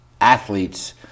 athletes